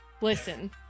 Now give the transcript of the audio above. Listen